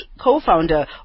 co-founder